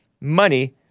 money